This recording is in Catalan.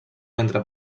mentre